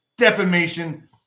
Defamation